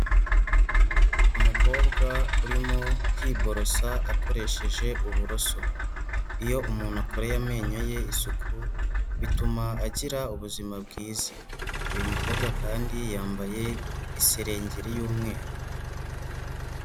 Umukobwa urimo kwiborosa akoresheje uburoso, iyo umuntu akoreye amenyo ye isuku bituma agira ubuzima bwiza, uyu mukobwa kandi yambaye iserengeri y'umweru.